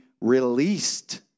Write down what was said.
released